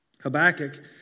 Habakkuk